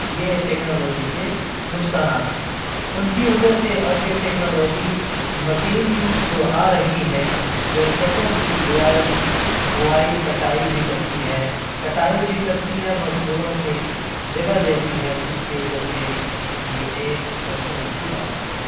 یہ ٹیکنالوجی کے نقصانات ہیں ان کی وجہ سے اب یہ ٹیکنالوجی مشین جو آ رہی ہے جو کھیتوں کی بویائی بوائی کٹائی بھی کرتی ہے کٹائی بھی کرتی ہے مزدوروں کے جگہ لے لی ہے جس کی وجہ سے یہ ایک سوچنے کی بات ہے